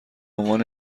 عنوان